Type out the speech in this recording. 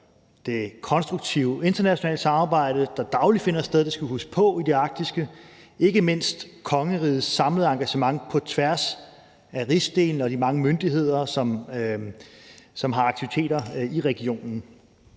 det konstruktive internationale samarbejde, der dagligt finder sted – det skal vi huske på – i det arktiske, ikke mindst kongerigets samlede engagement på tværs af rigsdelene og de mange myndigheder, som har aktiviteter i regionen.